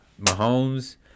Mahomes